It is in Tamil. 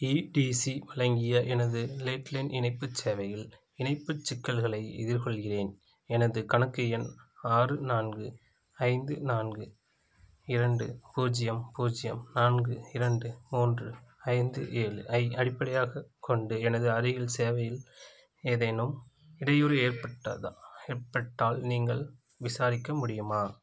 ஈ டி சி வலங்கிய எனது லேட்லைன் இணைப்புச் சேவையில் இணைப்புச் சிக்கல்களை எதிர்கொள்கிறேன் எனது கணக்கு எண் ஆறு நான்கு ஐந்து நான்கு இரண்டு பூஜ்ஜியம் பூஜ்ஜியம் நான்கு இரண்டு மூன்று ஐந்து ஏழு ஐ அடிப்படையாகக் கொண்டு எனது அருகில் சேவையில் ஏதேனும் இடையூறு ஏற்பட்டதா ஏற்பட்டால் நீங்கள் விசாரிக்க முடியுமா